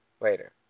Later